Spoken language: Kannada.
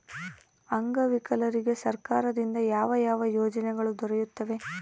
ಅಂಗವಿಕಲರಿಗೆ ಸರ್ಕಾರದಿಂದ ಯಾವ ಯಾವ ಯೋಜನೆಗಳು ದೊರೆಯುತ್ತವೆ?